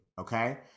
Okay